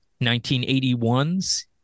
1981's